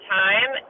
time